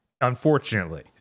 unfortunately